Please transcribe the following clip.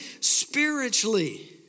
spiritually